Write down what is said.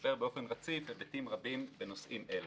ומשפר באופן רציף היבטים רבים בנושאים אלה.